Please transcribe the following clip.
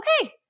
okay